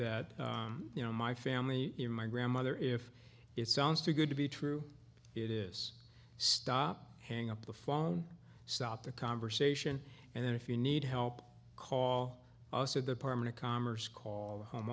that you know my family my grandmother if it sounds too good to be true it is stop hang up the phone stop the conversation and then if you need help call us at the apartment or commerce call